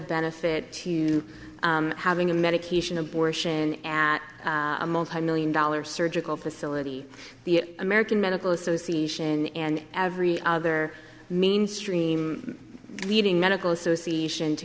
benefit to having a medication abortion at a multimillion dollar surgical facility the american medical association and every other mainstream leading medical association to